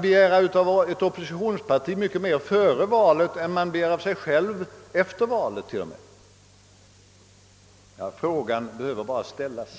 begära mera av ett oppositionsparti före valet än man kan begära av sig själv t.o.m. efter valet?